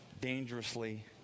dangerously